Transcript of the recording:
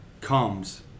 comes